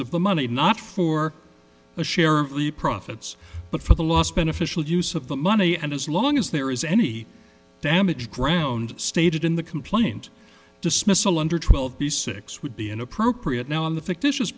of the money not for a share of the profits but for the last beneficial use of the money and as long as there is any damage ground stated in the complaint dismissal under twelve b six would be inappropriate now on the fictitious